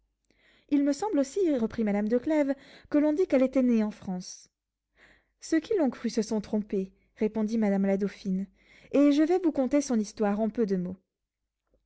il me semble aussi reprit madame de clèves que l'on dit qu'elle était née en france ceux qui l'ont cru se sont trompés répondit madame la dauphine et je vais vous conter son histoire en peu de mots